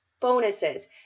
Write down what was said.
bonuses